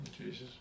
Jesus